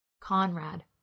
Conrad